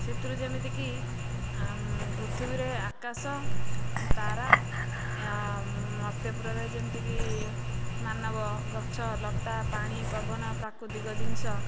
ସେଥିରୁ ଯେମିତିକି ପୃଥିବୀରେ ଆକାଶ ତାରା ମର୍ତ୍ତ୍ୟପୁରରେ ଯେମିତିକି ମାନବ ଗଛ ଲତା ପାଣି ପବନ ପ୍ରାକୃତିକ ଜିନିଷ